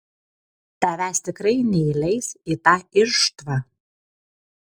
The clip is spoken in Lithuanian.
tavęs tikrai neįleis į tą irštvą